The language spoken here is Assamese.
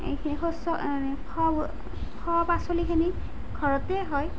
সেই শস্য় খোৱা খোৱা পাচলিখিনি ঘৰতেই হয়